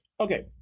okay,